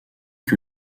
que